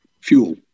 fuel